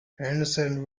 henderson